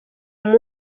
w’uwo